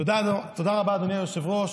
תודה רבה, אדוני היושב-ראש,